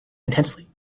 intensely